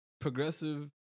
progressive